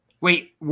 Wait